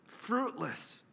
fruitless